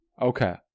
Okay